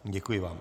Děkuji vám.